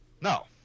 No